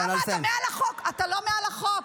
למה אתם מעל החוק?